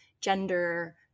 gender